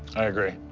i agree.